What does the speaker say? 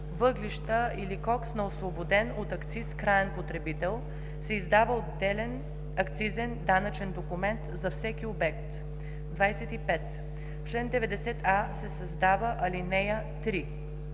въглища или кокс, на освободен от акциз краен потребител се издава отделен акцизен данъчен документ за всеки обект.“ 25. В чл. 90а се създава ал. 3: